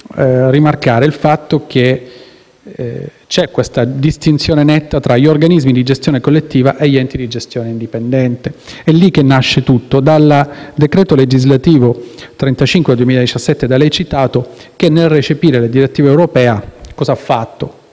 rimarcare il fatto che esiste una distinzione netta tra gli organismi di gestione collettiva e gli enti di gestione indipendente. È lì che nasce tutto. Dal decreto legislativo n. 35 del 2017, da lei citato, nel recepire la direttiva europea, ha introdotto